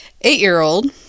Eight-year-old